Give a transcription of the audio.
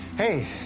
hey.